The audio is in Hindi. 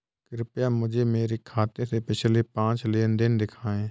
कृपया मुझे मेरे खाते से पिछले पांच लेन देन दिखाएं